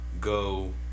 Go